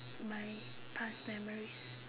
my past memories